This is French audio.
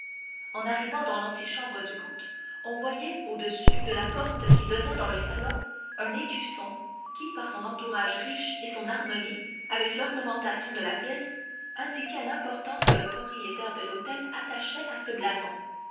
en arrivant dans l'antichambre du comte on voyait au-dessus de la porte qui donnait dans le salon un écusson qui par son entourage riche et son harmonie avec l'ornementation de la pièce indiquait l'importance que le propriétaire de l'hôtel attachait à ce blason